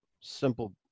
simple